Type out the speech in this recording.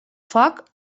foc